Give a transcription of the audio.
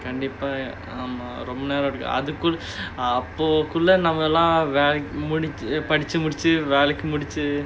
கண்டிப்பா ரொம்ப நேரம் எடுக்கும் அது குள்ள அப்போ குள்ள நம்மள படிச்சி முடிச்சி வேலைக்கு முடிச்சி:kandippaa romba neram edukkum athu kulla appo kulla nammalaam padichi mudichi vellaikki mudichi